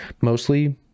mostly